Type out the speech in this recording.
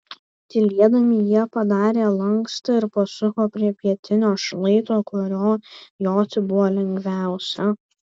tylėdami jie padarė lankstą ir pasuko prie pietinio šlaito kuriuo joti buvo lengviausia